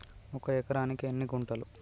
ఒక ఎకరానికి ఎన్ని గుంటలు?